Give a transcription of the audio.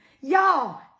y'all